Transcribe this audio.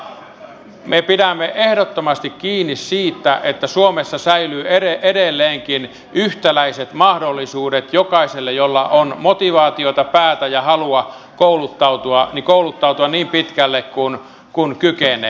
mutta me pidämme ehdottomasti kiinni siitä että suomessa säilyy edelleenkin yhtäläiset mahdollisuudet jokaiselle jolla on motivaatiota päätä ja halua kouluttautua kouluttautua niin pitkälle kuin kykenee